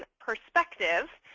ah perspective,